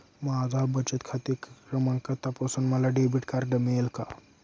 माझा बचत खाते क्रमांक तपासून मला डेबिट कार्ड मिळेल का?